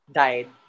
died